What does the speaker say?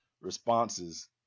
responses